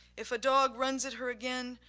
if a dog runs at her again,